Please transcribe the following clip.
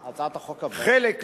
חלק,